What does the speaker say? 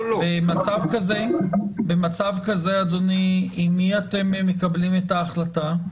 במצב כזה אדוני, עם מי אתם מקבלים את ההחלטה?